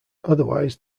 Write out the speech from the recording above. otherwise